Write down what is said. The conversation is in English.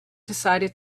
decided